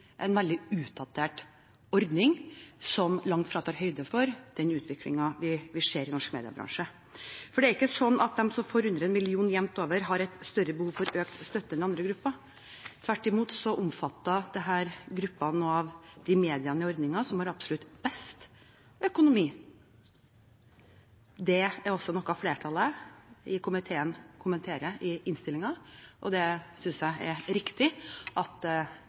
en veldig utdatert ordning som langt fra tar høyde for den utviklingen vi ser i norsk mediebransje. Det er ikke sånn at de som får under 1 mill. kr jevnt over, har et større behov for økt støtte enn andre grupper. Tvert imot omfatter dette gruppene av de mediene i ordningen som har absolutt best økonomi. Det er også noe flertallet i komiteen kommenterer i innstillingen, og det synes jeg er riktig at